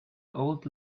old